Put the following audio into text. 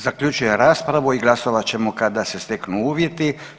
Zaključujem raspravu i glasovat ćemo kada se steknu uvjeti.